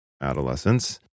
adolescence